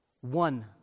one